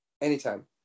anytime